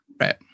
Right